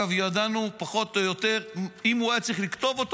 ידענו פחות או יותר אם הוא היה צריך לכתוב אותו,